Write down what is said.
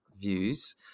views